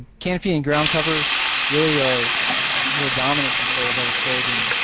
cannopy and ground cover really are more dominant controls i would say then,